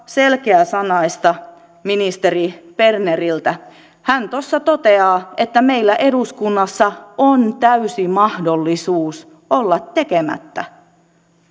selkeäsanaista ministeri berneriltä hän tuossa toteaa että meillä eduskunnassa on täysi mahdollisuus olla tekemättä